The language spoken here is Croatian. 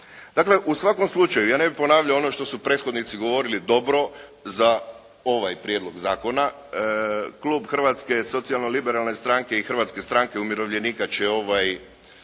Dakle u svakom slučaju ja ne bih ponavljao ono što su prethodnici govorili dobro za ovaj prijedlog zakona. Klub Hrvatske socijalnoliberalne stranke i Hrvatske stranke umirovljenika će ovaj